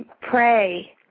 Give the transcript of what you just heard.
pray